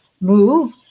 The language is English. move